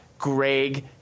greg